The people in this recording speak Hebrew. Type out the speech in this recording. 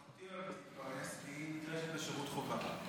גם אחותי אוהבת להתפרנס, והיא הולכת לשירות חובה.